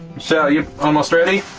chelle, you almost ready